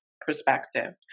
perspective